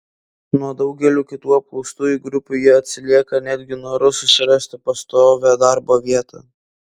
nuo daugelių kitų apklaustųjų grupių jie atsilieka netgi noru susirasti pastovią darbo vietą